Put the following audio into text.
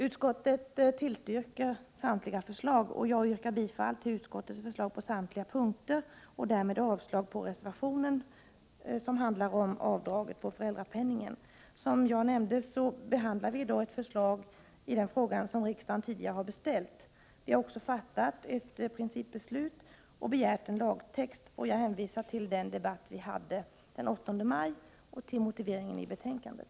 Utskottet tillstyrker samtliga förslag, och jag yrkar bifall till utskottets hemställan på samtliga punkter och därmed avslag på reservationen, som handlar om avdraget på föräldrapenningen. Som jag nämnde, behandlar vi i dag ett förslag i den frågan som riksdagen tidigare har beställt. Vi har också fattat ett principbeslut och begärt en lagtext. Jag hänvisar till den debatt vi hade den 8 maj och till motiveringen i betänkandet.